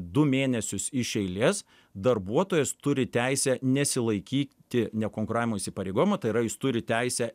du mėnesius iš eilės darbuotojas turi teisę nesilaikyti nekonkuravimo įsipareigojimo tai yra jis turi teisę